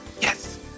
Yes